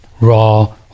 raw